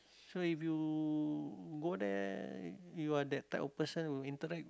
so if you go there you are that type of person who interacts